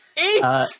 Eight